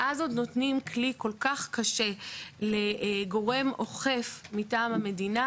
ואז עוד נותנים כלי כל כך קשה לגורם אוכף מטעם המדינה,